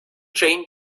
jane